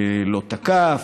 לא תקף,